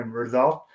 result